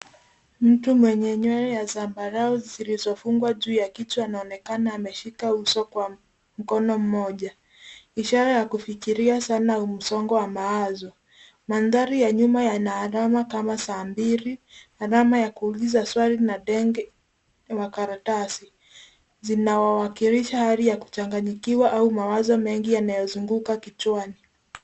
Mtu mwenye nywele ya zambarau zilizofungwa juu ya kichwa anaonekana ameshika uso kwa mkono mmoja. Ishara ya kufikiria sana au msongo wa mawazo. Mandhari ya nyuma yana alama kama saa mbili, alama ya kuuliza swali na ndege wa karatasi. Zinawakilisha hali ya kuchanganyikiwa au mawazo mengi yanayozunguka kichwani.